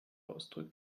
ausdrücken